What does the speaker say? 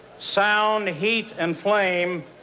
sound, heat and flame,